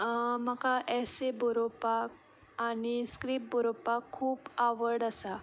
म्हाका अशें बरोवपाक आनी स्क्रिप्ट बरोवपाक खूब आवड आसा